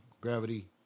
Gravity